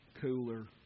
cooler